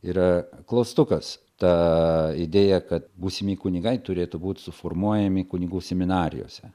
yra klaustukas ta idėja kad būsimi kunigai turėtų būti suformuojami kunigų seminarijose